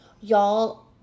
y'all